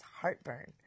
heartburn